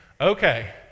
Okay